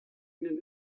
ihnen